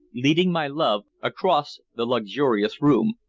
leading my love across the luxurious room,